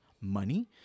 money